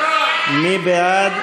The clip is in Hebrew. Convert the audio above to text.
מי בעד?